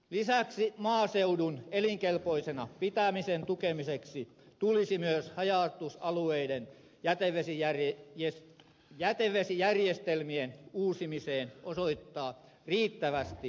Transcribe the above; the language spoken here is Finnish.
lisäksi maaseudun elinkelpoisena pitämisen tukemiseksi tulisi myös haja asutusalueiden jätevesijärjestelmien uusimiseen osoittaa riittävästi valtion tukea